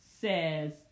says